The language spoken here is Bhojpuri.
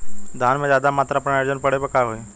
धान में ज्यादा मात्रा पर नाइट्रोजन पड़े पर का होई?